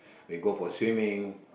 we go for swimming